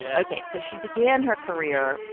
yeah ok, so she began her career,